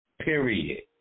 period